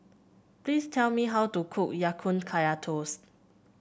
please tell me how to cook Ya Kun Kaya Toast